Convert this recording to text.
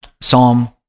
Psalm